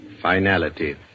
Finality